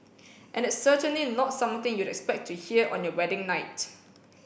and it's certainly not something you'd expect to hear on your wedding night